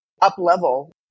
up-level